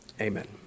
Amen